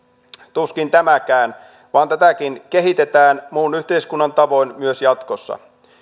tuskin tämäkään vaan tätäkin kehitetään muun yhteiskunnan tavoin myös jatkossa